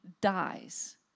dies